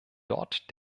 dort